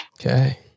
Okay